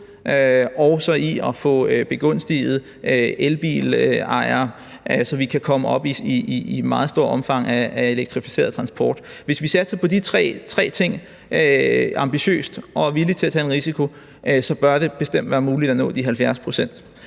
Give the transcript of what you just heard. også i at få begunstiget elbilejere, så vi kan komme op i et meget stort omfang af elektrificeret transport. Hvis vi satser ambitiøst på de tre ting og er villige til at tage en risiko, bør det bestemt være muligt at nå de 70 pct.